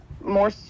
more